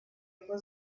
его